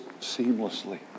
seamlessly